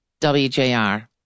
WJR